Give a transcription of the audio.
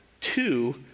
two